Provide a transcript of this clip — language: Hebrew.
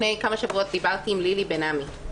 לפני כמה שבועות דיברתי עם לילי בן עמי.